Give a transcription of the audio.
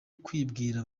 kwibwira